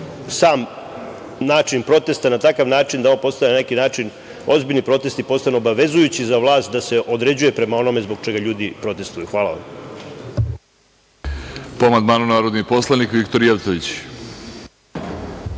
sam način protesta, a na takav način da ozbiljni protesti postanu obavezujući za vlast da se određuje prema onome zbog čega ljudi protestvuju. Hvala vam.